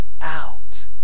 out